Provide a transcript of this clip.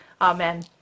Amen